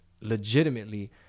legitimately